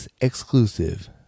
exclusive